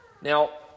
Now